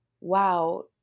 wow